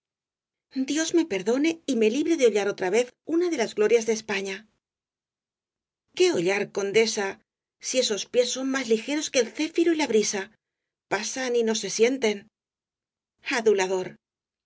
dios me perdone y me libre de hollar otra vez una de las glorias de españa el caballero de las botas azules qué hollar condesa si esos pies son más ligeros que el céfiro y la brisa pasan y no se sienten adulador